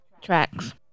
Tracks